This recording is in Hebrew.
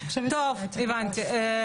טוב, הבנתי.